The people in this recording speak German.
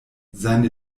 seine